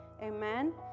amen